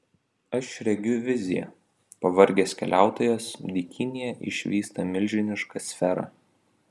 aš regiu viziją pavargęs keliautojas dykynėje išvysta milžinišką sferą